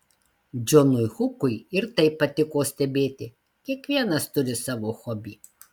džonui hukui ir tai patiko stebėti kiekvienas turi savo hobį